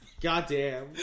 Goddamn